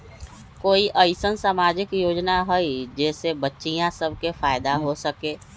कोई अईसन सामाजिक योजना हई जे से बच्चियां सब के फायदा हो सके?